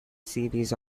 series